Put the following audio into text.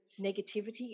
negativity